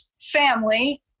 family